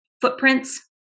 footprints